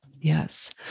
Yes